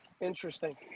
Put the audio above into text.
Interesting